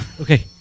Okay